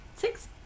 Six